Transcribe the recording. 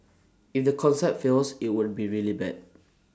if the concept fails IT will be really bad